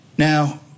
Now